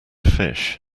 fish